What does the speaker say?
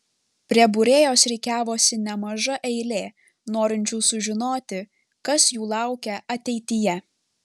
prie būrėjos rikiavosi nemaža eilė norinčių sužinoti kas jų laukia ateityje